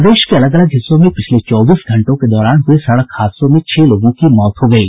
प्रदेश के अलग अलग हिस्सों में पिछले चौबीस घंटों के दौरान हुये सड़क हादसों में छह लोगों की मौत हो गयी